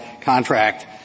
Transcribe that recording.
contract